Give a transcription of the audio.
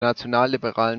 nationalliberalen